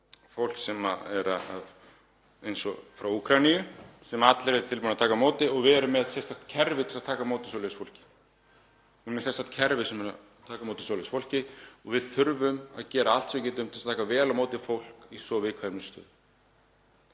fólk eins og frá Úkraínu sem allir eru tilbúnir að taka á móti. Við erum með sérstakt kerfi til að taka á móti svoleiðis fólki og þurfum að gera allt sem við getum til að taka vel á móti fólki í svo viðkvæmri stöðu.